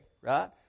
right